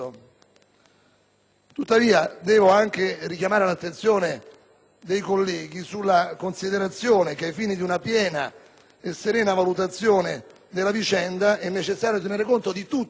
Tuttavia, devo anche richiamare l'attenzione dei colleghi sulla considerazione che, ai fini di una piena e serena valutazione della vicenda, è necessario tenere conto di tutti